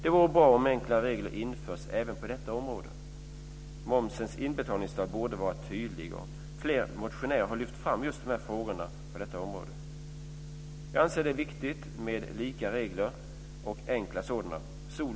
Det vore bra om enklare regler införs även på detta område. Momsens inbetalningsdag borde vara tydlig. Flera motionärer har lyft fram just frågorna på detta område. Jag anser att det är viktigt med lika regler och enkla sådana.